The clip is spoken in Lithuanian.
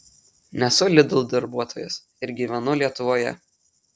nesu lidl darbuotojas ir gyvenu lietuvoje